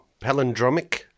palindromic